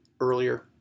earlier